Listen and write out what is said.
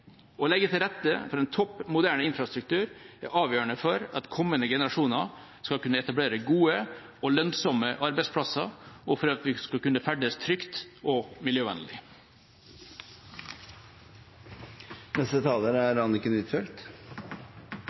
Å legge til rette for en topp moderne infrastruktur er avgjørende for at kommende generasjoner skal kunne etablere gode og lønnsomme arbeidsplasser, og for at vi skal kunne ferdes trygt og miljøvennlig.